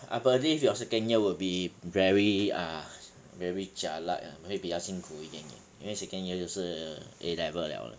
I believe your second year will be very ah very jialat uh 会比较辛苦一点点因为 second year 就是 A level 了了